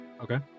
Okay